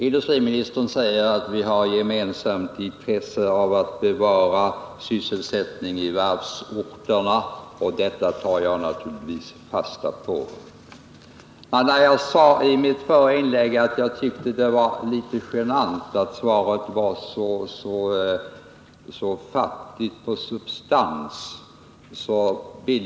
Industriministern sade att vi har ett gemensamt intresse av att bevara sysselsättningen på varvsorterna. Detta tar jag naturligtvis fasta på. Jag sade i mitt förra inlägg att jag tyckte det var litet genant att svaret var så fattigt på substans.